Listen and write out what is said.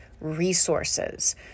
resources